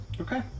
Okay